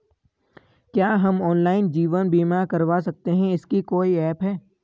क्या हम ऑनलाइन जीवन बीमा करवा सकते हैं इसका कोई ऐप है?